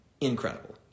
Incredible